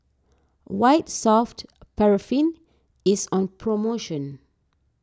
White Soft Paraffin is on promotion